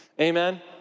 Amen